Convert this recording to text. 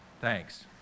thanks